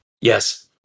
Yes